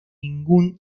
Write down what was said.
ningún